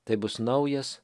tai bus naujas